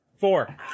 Four